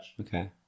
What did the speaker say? Okay